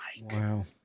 Wow